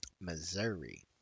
Missouri